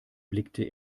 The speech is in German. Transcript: blickte